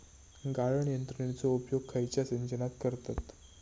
गाळण यंत्रनेचो उपयोग खयच्या सिंचनात करतत?